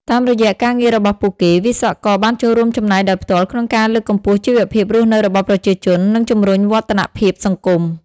តាមរយៈការងាររបស់ពួកគេ វិស្វករបានចូលរួមចំណែកដោយផ្ទាល់ក្នុងការលើកកម្ពស់ជីវភាពរស់នៅរបស់ប្រជាជន និងជំរុញវឌ្ឍនភាពសង្គម។